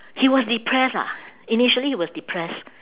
he was depressed ah initially he was depressed